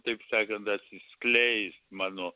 taip sakant atsiskleist mano